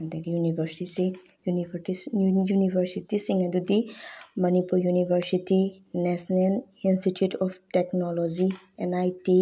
ꯑꯗꯒꯤ ꯌꯨꯅꯤꯚꯔꯁꯤꯇꯤꯁꯤꯡ ꯑꯗꯨꯗꯤ Manipur university national institute of technology N I T